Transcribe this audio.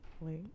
wait